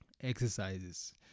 exercises